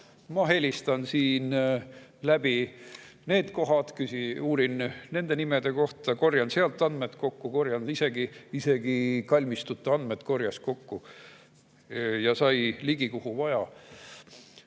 ma helistan läbi need kohad, uurin nende nimede kohta, korjan sealt andmed kokku. Isegi kalmistute andmed korjas kokku! Ja sai ligi, kuhu vaja.